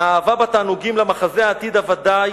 האהבה בתענוגים למחזה העתיד הוודאי